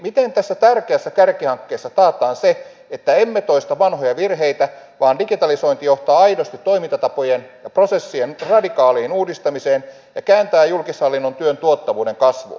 miten tässä tärkeässä kärkihankkeessa taataan että emme toista vanhoja virheitä vaan digitalisointi johtaa aidosti toimintatapojen ja prosessien radikaaliin uudistamiseen ja kääntää julkishallinnon työn tuottavuuden kasvuun